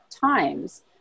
times